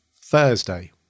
thursday